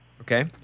Okay